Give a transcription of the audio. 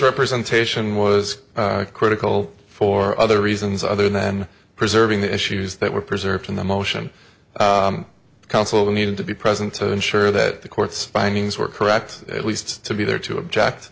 representation was critical for other reasons other than preserving the issues that were preserved in the motion counsel needed to be present to ensure that the court's findings were correct at least to be there to object